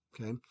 Okay